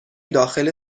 داخل